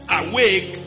awake